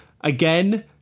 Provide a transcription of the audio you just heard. Again